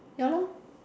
ya lor